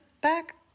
back